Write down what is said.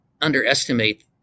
underestimate